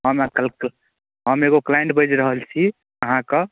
हम एक एक हम एगो क्लाइन्ट बाजि रहल छी अहाँके